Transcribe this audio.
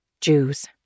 Jews